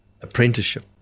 apprenticeship